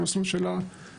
המסלול של הצעירים,